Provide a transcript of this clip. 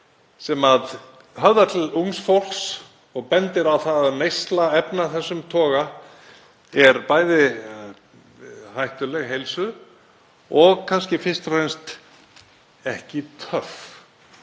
sem höfðar til ungs fólks og bendir á að neysla efna af þessum toga er bæði hættuleg heilsu og kannski fyrst og fremst ekki töff,